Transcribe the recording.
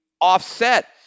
offset